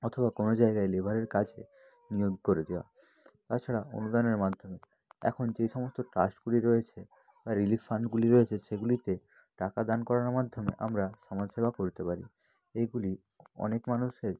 অথবা কোনো জায়গায় লেবারের কাজে নিয়োগ করে দেয়া তাছাড়া অনুদানের মাধ্যমে এখন যে সমস্ত ট্রাস্টগুলি রয়েছে বা রিলিফ ফান্ডগুলি রয়েছে সেগুলিতে টাকা দান করানোর মাধ্যমে আমরা সমাজ সেবা করতে পারি এইগুলি অনেক মানুষের